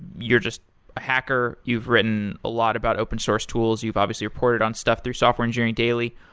you're just a hacker. you've written a lot about open-source tools. you've obviously reported on stuff through software engineering daily.